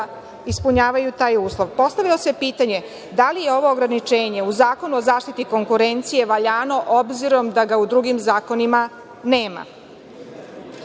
ispunjavaju taj uslov. Postavilo se pitanje - da li je ovo ograničenje u Zakonu o zaštiti konkurencije valjano, obzirom da ga u drugim zakonima nema? Dat